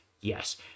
Yes